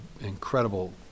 incredible